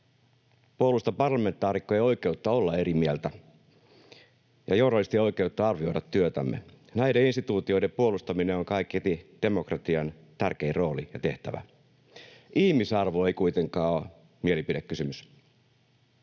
Puolustan parlamentaarikkojen oikeutta olla eri mieltä ja journalistien oikeutta arvioida työtämme. Näiden instituutioiden puolustaminen on kaiketi demokratian tärkein rooli ja tehtävä. Ihmisarvo ei kuitenkaan ole mielipidekysymys.